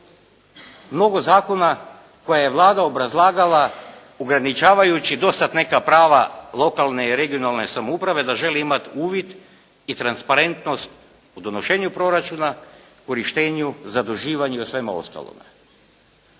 mnogo zakona koje je Vlada obrazlagala ograničavajući do sad neka prava lokalne i regionalne samouprave da želi imati uvid i transparentnost u donošenju proračuna, korištenju, zaduživanja i u svemu ostalog.